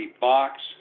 box